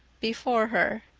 before her.